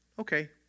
okay